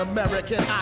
American